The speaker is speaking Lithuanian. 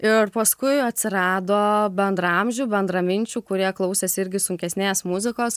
ir paskui atsirado bendraamžių bendraminčių kurie klausėsi irgi sunkesnės muzikos